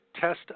test